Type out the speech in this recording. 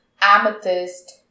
amethyst